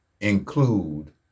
include